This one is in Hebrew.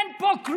אין פה כלום.